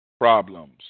problems